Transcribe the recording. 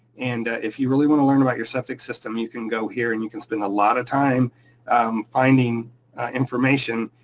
and if you really wanna learn about your septic system, you can go here and you can spend a lot of time finding information,